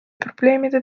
probleemide